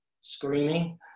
screaming